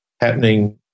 happening